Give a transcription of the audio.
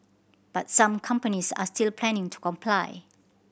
but some companies are still planning to comply